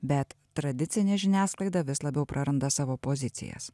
bet tradicinė žiniasklaida vis labiau praranda savo pozicijas